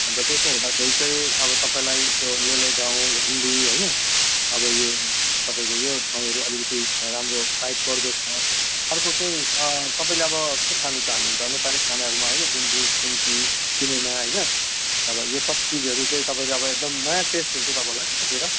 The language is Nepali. अन्त त्यसो हुँदाखेरि चाहिँ अब तपाईँलाई यो लोले गाउँ झन्डी होइन अब यो तपाईँको यो ठाउँहरू अलिकति राम्रो पाइक पर्दो छ अर्को चाहिँ तपाईँले अब के खानु चाहनु हुन्छ नेपाली खानाहरूमा होइन गुन्द्रुक सिन्की किनामा होइन अब यो सब चिजहरू चाहिँ तपाईँले अब एकदम नयाँ टेस्ट हुन्छ तपाईँलाई त्यतातिर